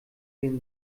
dem